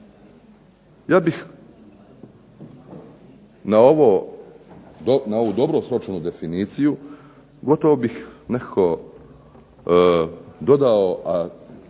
Ja bih na ovu dobro sročenu definiciju gotovo bih nekako dodao,